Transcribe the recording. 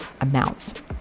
amounts